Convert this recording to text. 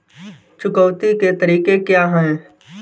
चुकौती के तरीके क्या हैं?